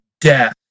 death